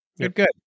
Good